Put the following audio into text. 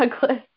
Douglas